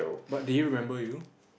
but did you remember you